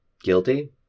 guilty